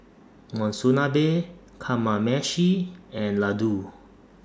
Monsunabe Kamameshi and Ladoo